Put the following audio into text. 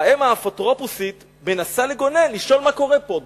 האם האפוטרופוסית מנסה לגונן, לשאול מה קורה פה.